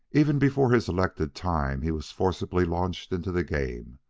even before his elected time, he was forcibly launched into the game.